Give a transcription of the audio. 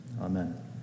amen